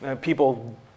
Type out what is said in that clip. People